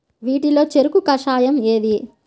వీటిలో చెరకు కషాయం ఏది?